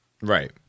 right